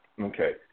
Okay